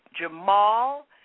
Jamal